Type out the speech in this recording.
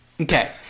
Okay